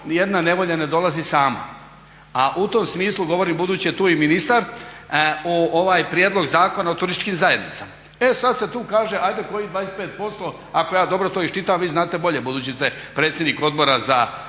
nijedna nevolja ne dolazi sama, a u tom smislu govorim budući da je tu i ministar, ovaj prijedlog Zakona o turističkim zajednicama. E sada se tu kaže ajde kojih 25% ako ja to dobro iščitam vi znate bolje budući ste predsjednik Odbora za